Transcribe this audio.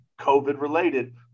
COVID-related